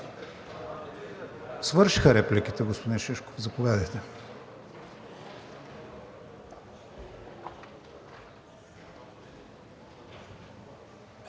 Свършиха репликите, господин Шишков. Заповядайте